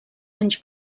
anys